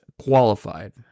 qualified